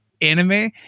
anime